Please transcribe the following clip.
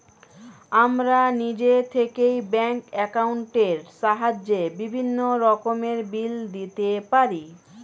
আমরা নিজে থেকেই ব্যাঙ্ক অ্যাকাউন্টের সাহায্যে বিভিন্ন রকমের বিল দিতে পারি